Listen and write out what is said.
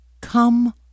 come